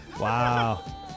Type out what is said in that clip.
Wow